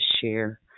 share